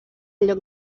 lloc